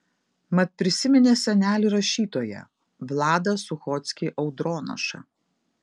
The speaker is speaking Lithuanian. mat prisiminė senelį rašytoją vladą suchockį audronašą